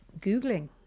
Googling